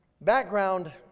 Background